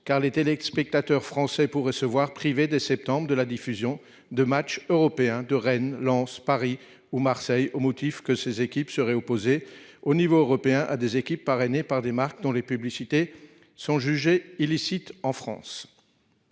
car les téléspectateurs français pourraient se voir privés, dès septembre, de matchs européens de Rennes, Lens, Paris ou Marseille, au motif que ces équipes seraient opposées, au niveau européen, à des équipes parrainées par des marques dont les publicités sont jugées illicites en France.